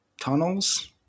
tunnels